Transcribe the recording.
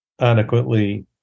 adequately